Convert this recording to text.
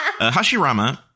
hashirama